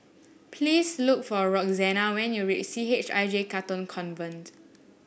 please look for Roxana when you reach C H I J Katong Convent